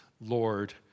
Lord